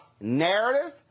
narrative